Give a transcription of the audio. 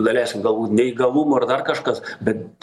daleiskim galbūt neįgalumo ar dar kažkas bet